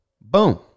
Boom